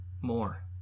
more